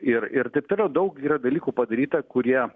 ir ir taip toliau daug yra dalykų padaryta kurie